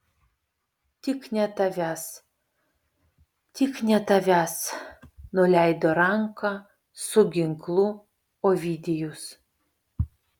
tik ne tavęs tik ne tavęs nuleido ranką su ginklu ovidijus